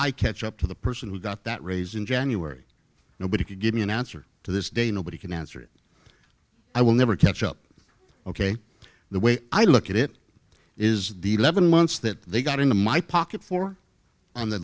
i catch up to the person who got that raise in january nobody could give me an answer to this day nobody can answer it i will never catch up ok the way i look at it is the eleven months that they got into my pocket for on th